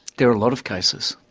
there are a lot of cases.